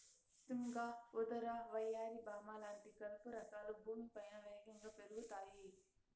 తుంగ, ఉదర, వయ్యారి భామ లాంటి కలుపు రకాలు భూమిపైన వేగంగా పెరుగుతాయి